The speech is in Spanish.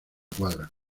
cuadra